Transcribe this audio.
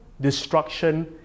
destruction